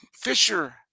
Fisher